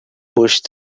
pushed